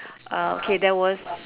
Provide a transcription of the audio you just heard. uh okay there was